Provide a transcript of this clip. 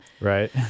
Right